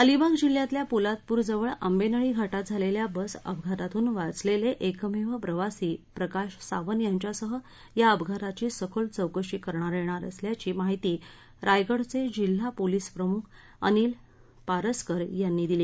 अलिबाग जिल्ह्यातल्या पोलादप्रजवळ आंबेनळी घाटात झालेल्या बस अपघातातून वाचलेले एकमेव प्रवासी प्रकाश सावंत यांच्यासह या अपघाताची सखोल चौकशी कऱण्यात येणार असल्याची माहिती रायगडचे जिल्हा पोलीस प्रमुख अनिल पारस्कर यांनी दिली